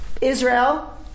Israel